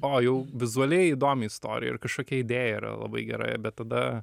o jau vizualiai įdomi istorija ir kažkokia idėja yra labai gera bet tada